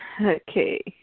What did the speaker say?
Okay